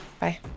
Bye